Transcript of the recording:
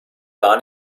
gar